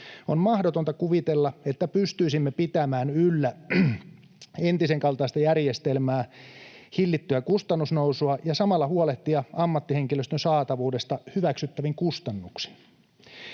On mahdotonta kuvitella, että pystyisimme pitämään yllä entisenkaltaista järjestelmää, hillitsemään kustannusnousua ja samalla huolehtimaan ammattihenkilöstön saatavuudesta hyväksyttävin kustannuksin.